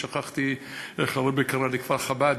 שכחתי איך הרעבע קרא לכפר-חב"ד,